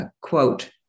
quote